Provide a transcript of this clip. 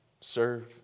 Serve